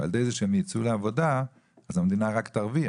ועל ידי זה שהם יצאו לעבודה, אז המדינה רק תרוויח